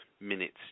minutes